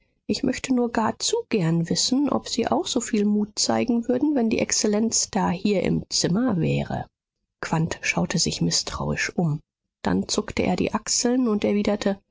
ich möchte nur gar zu gern wissen ob sie auch so viel mut zeigen würden wenn die exzellenz dahier im zimmer wäre quandt schaute sich mißtrauisch um dann zuckte er die achseln und erwiderte